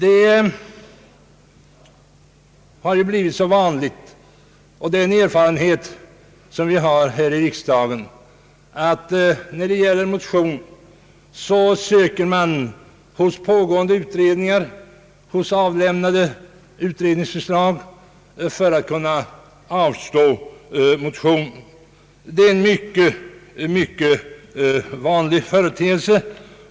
Erfarenheten visar att det har blivit mycket vanligt här i riksdagen att när det gäller att avstyrka motionsförslag söker utskotten stöd hos pågående utredningar eller hos redan avlämnade utredningsförslag.